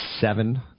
seven